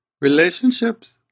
relationships